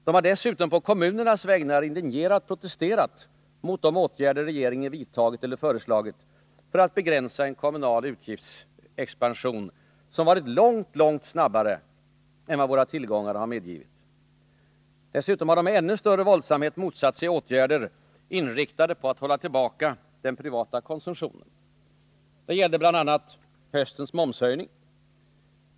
De har dessutom på kommunernas vägnar indignerat protesterat mot de åtgärder som regeringen har vidtagit eller föreslagit för att begränsa en kommunal utgiftsexpansion som varit långt, långt snabbare än vad våra tillgångar har medgivit. De har dessutom med ännu större våldsamhet motsatt sig åtgärder inriktade på att hålla tillbaka den privata konsumtionen. Det gällde bl.a. höstens momshöjning.